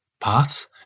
paths